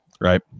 Right